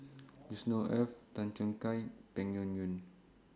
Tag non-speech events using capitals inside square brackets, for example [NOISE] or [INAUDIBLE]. [NOISE] Yusnor Ef Tan Choo Kai Peng Yuyun